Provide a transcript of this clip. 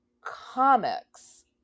comics